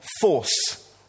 force